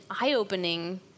eye-opening